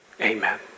Amen